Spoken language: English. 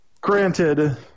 Granted